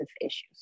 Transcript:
issues